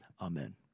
Amen